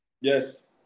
Yes